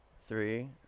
three